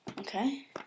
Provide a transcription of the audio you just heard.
okay